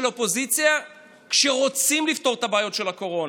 האופוזיציה כשרוצים לפתור את הבעיות של הקורונה.